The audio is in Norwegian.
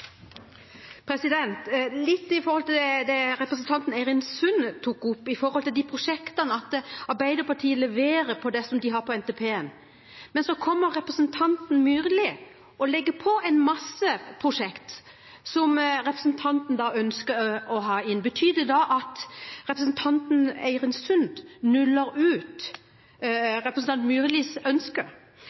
det representanten Eirin Sund tok opp om de prosjektene – at Arbeiderpartiet leverer på det de har i NTP-en. Men så kommer representanten Myrli og legger på en masse prosjekter som representanten ønsker å ha inn. Betyr det at representanten Eirin Sund nuller ut representanten Myrlis